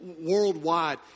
Worldwide